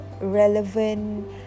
relevant